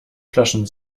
flaschen